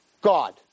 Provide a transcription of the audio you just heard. God